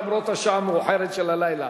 למרות השעה המאוחרת של הלילה.